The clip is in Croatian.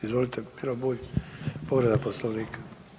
Izvolite Miro Bulj povreda Poslovnika.